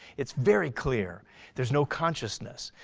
it's very clear there's no consciousness.